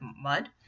mud